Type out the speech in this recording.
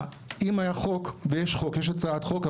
אם היה חוק ויש הצעת חוק,